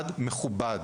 מכובד.